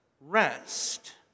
rest